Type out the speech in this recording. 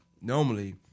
normally